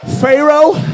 Pharaoh